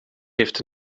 heeft